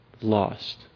lost